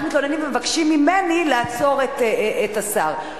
מתלוננים ומבקשים ממני לעצור את השר.